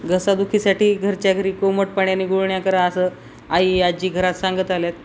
घसादुखीसाठी घरच्या घरी कोमट पाण्याने गुळण्या करा असं आई आजी घरात सांगत आल्या आहेत